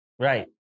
Right